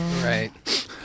Right